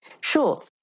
Sure